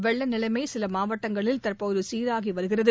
வெள்ள நிலைமை சில மாவட்டங்களில் தற்போது சீராகி வருகிறது